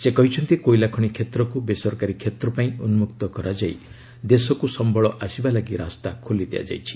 ସେ କହିଛନ୍ତି କୋଇଲା ଖଣି କ୍ଷେତ୍ରକୁ ବେସରକାରୀ କ୍ଷେତ୍ର ପାଇଁ ଉନ୍କକ୍ତ କରାଯାଇ ଦେଶକୁ ସମ୍ପଳ ଆସିବା ଲାଗି ରାସ୍ତା ଖୋଲି ଦିଆଯାଇଛି